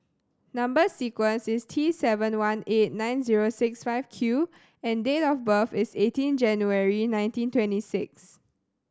number sequence is T seven one eight nine zero six five Q and date of birth is eighteen January nineteen twenty six